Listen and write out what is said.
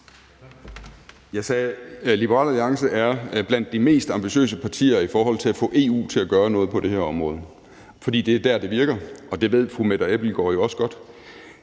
Jeg sagde, at Liberal Alliance er blandt de mest ambitiøse partier i forhold til at få EU til at gøre noget på det her område, for det er der, det virker, og det ved fru Mette Abildgaard jo også godt.